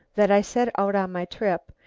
that i set out on my trip,